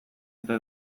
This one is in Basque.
ote